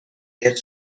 their